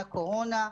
הקורונה,